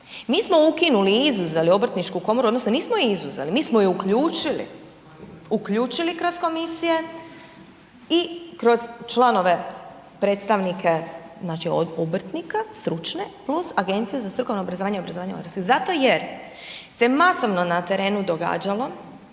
Mi smo ukinuli i izuzeli Obrtničku komoru, odnosno nismo je izuzeli, mi smo ju uključili, uključili kroz komisije i kroz članove, predstavnike obrtnika, stručne plus agencije za strukovno obrazovanje i obrazovanje odraslih zato jer se masovno na terenu događalo